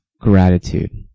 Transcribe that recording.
gratitude